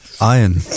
Iron